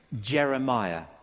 Jeremiah